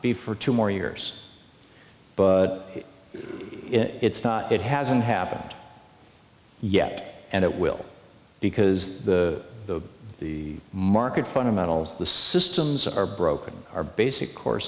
be for two more years but it's not it hasn't happened yet and it will because the the market fundamentals the systems are broken our basic core